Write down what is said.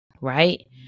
right